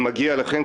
כי מגיע לכם,